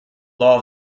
law